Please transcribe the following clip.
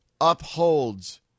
upholds